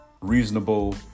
reasonable